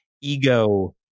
ego